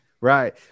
Right